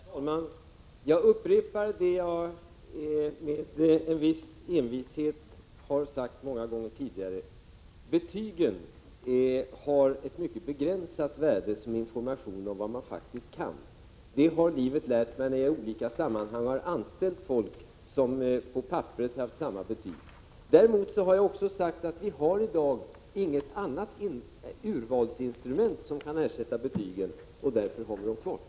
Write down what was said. Herr talman! Jag upprepar det jag med en viss envishet många gånger tidigare har sagt: Betygen har ett mycket begränsat värde som information om vad man faktiskt kan. Det har livet lärt mig när jag i olika sammanhang har anställt folk som på papperet har haft samma betyg. Men jag har samtidigt också sagt att vi i dag inte har något urvalsinstrument som kan ersätta betygen och att det är därför som vi har dem kvar.